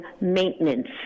maintenance